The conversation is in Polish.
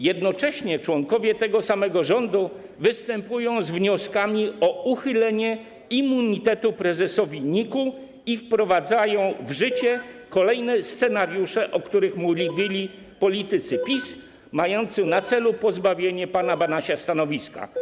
Jednocześnie członkowie tego samego rządu występują z wnioskami o uchylenie immunitetu prezesowi NIK i wprowadzają w życie kolejne scenariusze, o których mówili politycy PiS, mające na celu pozbawienie pana Banasia stanowiska.